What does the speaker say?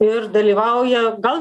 ir dalyvauja gal